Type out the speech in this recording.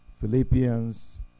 Philippians